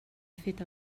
fet